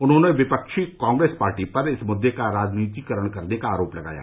उन्होंने विपक्षी कांग्रेस पार्टी पर इस मुद्दे का राजनीतिकरण करने का आरोप लगाया